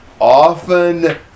Often